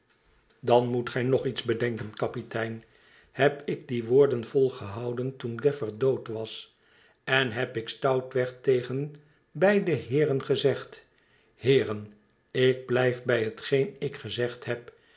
dan moet gij nog iets bedenken kapitein heb ik die woorden volgehouden toen gaffer dood was en heb ik stoutweg tegen beide heeren gezegd heeren ik blijf bij hetgeen ik gezegd heb